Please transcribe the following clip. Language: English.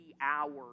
hours